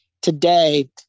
today